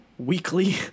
weekly